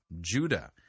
Judah